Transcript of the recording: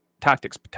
tactics